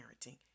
parenting